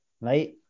right